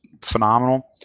phenomenal